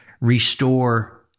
restore